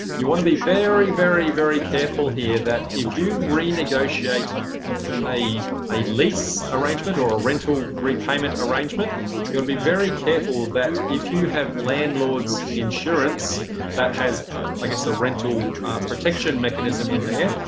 you want to be very, very, very careful here that if you renegotiate a a lease arrangement or a rental repayment arrangement you'll be very careful that, if you have landlords landlords insurance that has ah like a so rental protection mechanism in there,